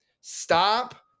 Stop